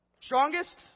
Strongest